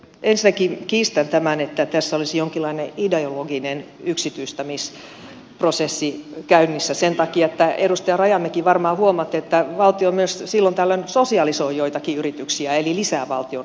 ensinnäkin kiistän tämän että tässä olisi jonkinlainen ideologinen yksityistämisprosessi käynnissä sen takia että edustaja rajamäki varmaan huomaatte että valtio myös silloin tällöin sosialisoi joitakin yrityksiä eli lisää val tionomistusta